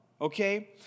Okay